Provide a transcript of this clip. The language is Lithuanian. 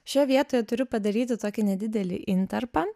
šioje vietoje turiu padaryti tokį nedidelį intarpą